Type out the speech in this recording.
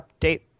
update